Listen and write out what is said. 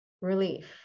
relief